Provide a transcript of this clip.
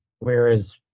Whereas